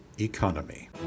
economy